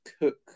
Cook